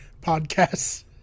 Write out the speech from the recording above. podcasts